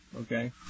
Okay